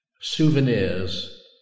souvenirs